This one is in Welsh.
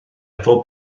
efo